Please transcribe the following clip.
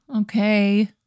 Okay